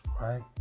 right